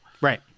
Right